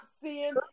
seeing